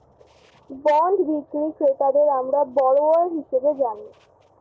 bond বিক্রি ক্রেতাদের আমরা বরোয়ার হিসেবে জানি